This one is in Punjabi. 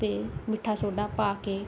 ਅਤੇ ਮਿੱਠਾ ਸੋਡਾ ਪਾ ਕੇ